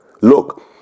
Look